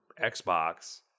xbox